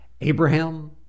Abraham